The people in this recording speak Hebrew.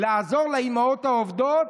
לעזור לאימהות העובדות.